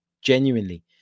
genuinely